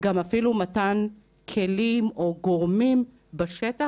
גם אפילו מתן כלים או גורמים בשטח,